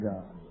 God